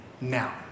Now